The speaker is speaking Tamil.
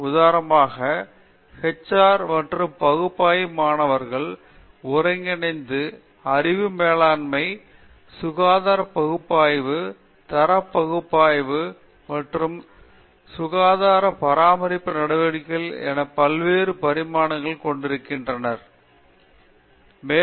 உதாரணமாக HR மற்றும் பகுப்பாய்வு மாணவர்கள் ஒருங்கிணைத்து அறிவு மேலாண்மை சுகாதாரப் பகுப்பாய்வுதரவு பகுப்பாய்வு மற்றும் சுகாதார பராமரிப்பு நடவடிக்கைகளை என வெவ்வேறு பரிமாணங்களை கொண்டிருக்கின்றன பார்க்க ஸ்லைடு டைம் நேரம்0630